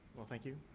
well, thank you.